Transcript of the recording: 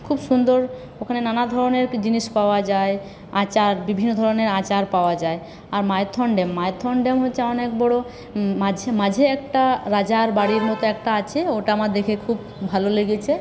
খুব সুন্দর ওখানে নানা ধরনের জিনিস পাওয়া যায় আচার বিভিন্ন ধরনের আচার পাওয়া যায় আর মাইথন ড্যাম মাইথন ড্যাম হচ্ছে অনেক বড়ো মাঝে মাঝে একটা রাজার বাড়ির মতো একটা আছে ওটা আমার দেখে খুব ভালো লেগেছে